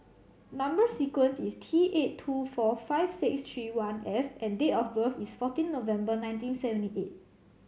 number sequence is T eight two four five six three one F and date of birth is fourteen November nineteen seventy eight